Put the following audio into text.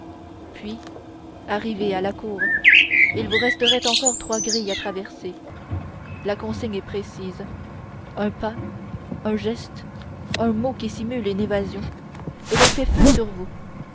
puis arrivée à la cour il vous resterait encore trois grilles à traverser la consigne est précise un pas un geste un mot qui simule une évasion et l'on fait feu sur vous